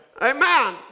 Amen